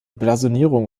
blasonierung